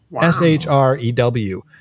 S-H-R-E-W